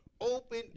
Open